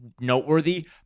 noteworthy